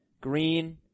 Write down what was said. Green